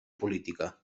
política